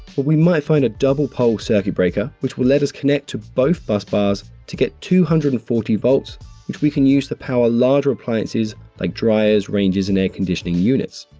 but we might find a double pole circuit breaker which will let us connect to both bus bars to get two hundred and forty volts which we can use the power larger appliances like dryers, ranges and air conditioning units.